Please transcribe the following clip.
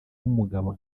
w’umugabo